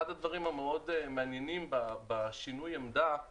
אחד הדברים המעניינים מאוד בשינוי העמדה הוא